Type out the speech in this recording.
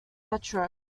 metro